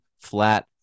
flat